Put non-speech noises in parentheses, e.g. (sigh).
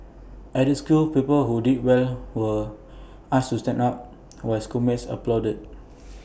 at the school pupils who did well were (noise) asked to stand up (noise) while schoolmates applauded